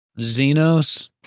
Xenos